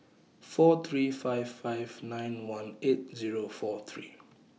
four three five five nine one eight Zero four three